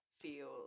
feel